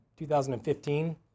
2015